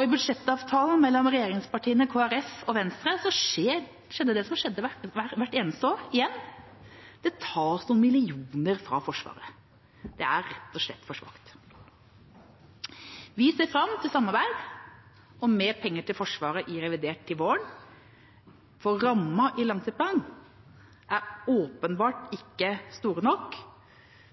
I budsjettavtalen mellom regjeringspartiene, Kristelig Folkeparti og Venstre skjedde det som skjer hvert eneste år igjen. Det tas noen millioner fra Forsvaret. Det er rett og slett for svakt. Vi ser fram til samarbeid og mer penger til Forsvaret i revidert til våren, for rammene i langtidsplanen er åpenbart ikke store nok